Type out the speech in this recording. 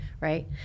right